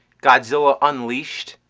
godzilla unleashed'.